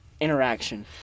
interaction